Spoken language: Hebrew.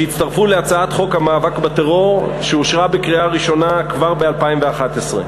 שהצטרפו להצעת חוק המאבק בטרור שאושרה בקריאה ראשונה כבר ב-2011.